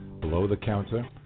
below-the-counter